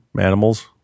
Animals